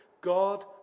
God